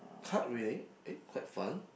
card reading eh quite fun